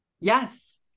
yes